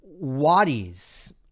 Waddies